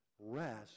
rest